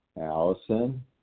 Allison